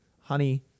honey